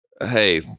Hey